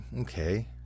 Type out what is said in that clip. okay